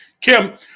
Kim